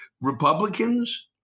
Republicans